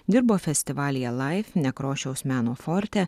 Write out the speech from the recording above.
dirbo festivalyje laif nekrošiaus meno forte